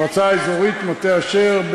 המועצה האזורית מטה-אשר,